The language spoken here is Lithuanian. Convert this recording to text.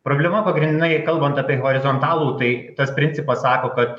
problema pagrindinai kalbant apie horizontalų tai tas principas sako kad